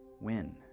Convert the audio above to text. win